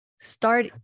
Start